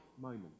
moment